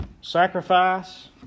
sacrifice